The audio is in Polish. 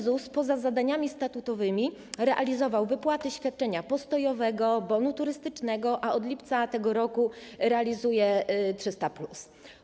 ZUS poza zadaniami statutowymi realizował wypłaty świadczenia postojowego, bonu turystycznego, a od lipca tego roku realizuje 300+.